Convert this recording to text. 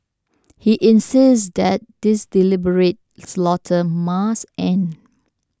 he insisted that this deliberate slaughter must end